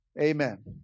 amen